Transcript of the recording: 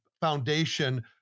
foundation